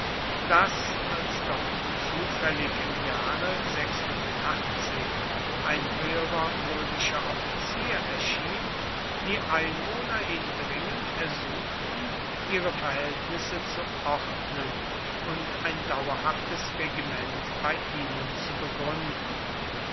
daß als dort zufällig im jahre ein höherer römischer offizier erschien die einwohner ihn dringend ersuchten ihre verhältnisse zu ordnen und ein dauerhaftes regiment bei ihnen zu begründen